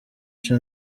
cha